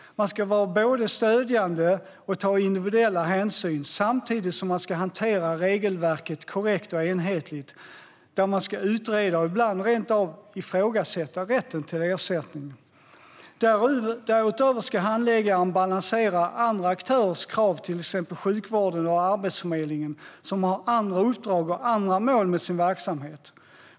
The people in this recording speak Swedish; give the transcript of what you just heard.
De ska vara både stödjande och ta individuella hänsyn samtidigt som de ska hantera regelverket korrekt och enhetligt, där de ska utreda och ibland rent av ifrågasätta rätten till ersättning. Därutöver ska handläggaren balansera andra aktörers krav, till exempel sjukvården och Arbetsförmedlingen, som har andra uppdrag och andra mål med sin verksamhet.